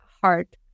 heart